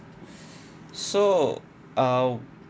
so uh